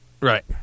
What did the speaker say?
Right